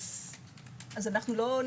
לא נדע.